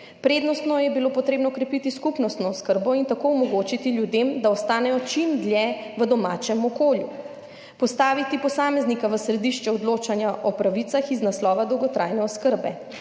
Prednostno je bilo potrebno krepiti skupnostno oskrbo in tako omogočiti ljudem, da ostanejo čim dlje v domačem okolju, postaviti posameznika v središče odločanja o pravicah iz naslova dolgotrajne oskrbe,